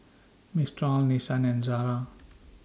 Mistral Nissan and Zara